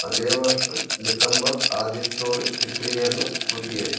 അതേ വർഷം ഡിസംബർ ആദ്യത്തോട് ചിത്രീകരണം പൂർത്തിയായി